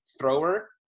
thrower